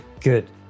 Good